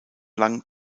lang